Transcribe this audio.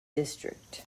district